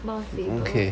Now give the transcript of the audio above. mount faber